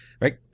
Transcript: right